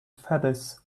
feathers